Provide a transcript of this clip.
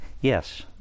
yes